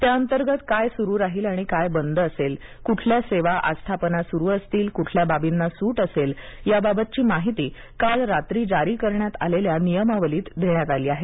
त्याअंतर्गत काय सुरू राहील आणि काय बंद असेल कुठल्या सेवा आस्थापना सुरू असतील कुठल्या बाबींसाठी सूट असेल याबाबतची माहिती काल रात्री जारी करण्यात आलेल्या नियमावलीत देण्यात आली आहे